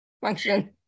function